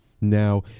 Now